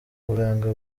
uburanga